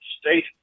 state